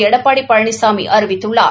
எடப்பாடி பழனிசாமி அறிவித்துள்ளார்